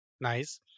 nice